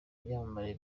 byamamare